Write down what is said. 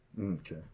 Okay